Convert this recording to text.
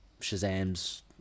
Shazam's